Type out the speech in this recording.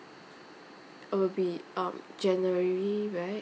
will be um january right